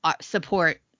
support